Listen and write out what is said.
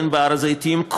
בהר הזיתים,